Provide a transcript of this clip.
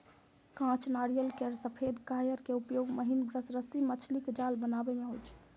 कांच नारियल केर सफेद कॉयर के उपयोग महीन ब्रश, रस्सी, मछलीक जाल बनाबै मे होइ छै